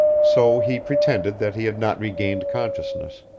so he pretended that he had not regained consciousness.